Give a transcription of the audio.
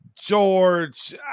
George